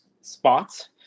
spots